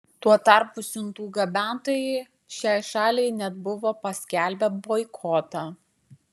tuo tarpu siuntų gabentojai šiai šaliai net buvo paskelbę boikotą